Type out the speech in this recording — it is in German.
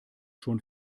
schon